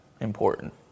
important